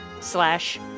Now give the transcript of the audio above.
slash